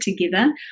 together